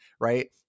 right